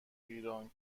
ایران